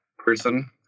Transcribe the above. person